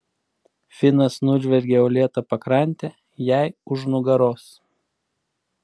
finas nužvelgė uolėtą pakrantę jai už nugaros